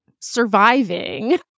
surviving